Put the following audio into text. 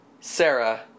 Sarah